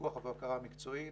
פיקוח ובקרה מקצועיים